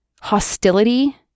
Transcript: Hostility